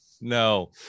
No